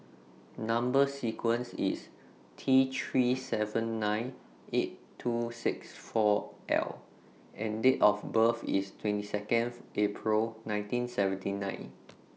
Number sequence IS T three seven nine eight two six four L and Date of birth IS twenty Second April nineteen seventy nine